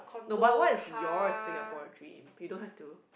no but what is your Singapore dream you don't have to